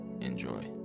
Enjoy